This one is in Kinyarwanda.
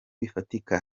bifatika